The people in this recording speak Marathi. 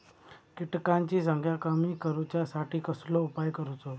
किटकांची संख्या कमी करुच्यासाठी कसलो उपाय करूचो?